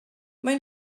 mae